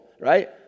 right